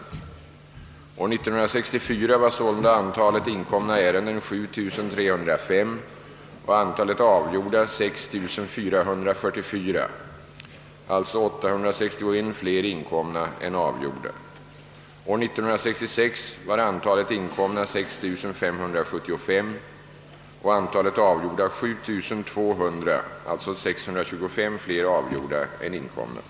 År 1964 var sålunda antalet inkomna ärenden 7305 och antalet avgjorda. 6 444, alltså 861 fler inkomna än avgjorda. År 1966 var antalet inkomna 6575 och antalet avgjorda 7200, alltså 625 fler avgjorda än inkomna.